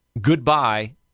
Goodbye